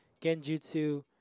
Genjutsu